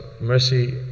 mercy